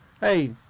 hey